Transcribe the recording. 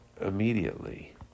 immediately